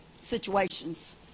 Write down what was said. situations